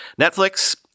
Netflix